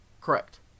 Correct